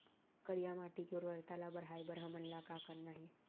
करिया माटी के उर्वरता ला बढ़ाए बर हमन ला का करना हे?